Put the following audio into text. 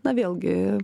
na vėlgi